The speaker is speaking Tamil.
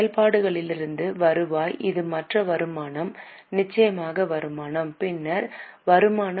செயல்பாடுகளிலிருந்து வருவாய் இது மற்ற வருமானம் நிச்சயமாக வருமானம் பின்னர் வருமானம்